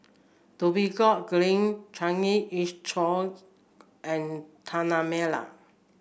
Dhoby Ghaut Green Changi East Chaw and Tanah Merah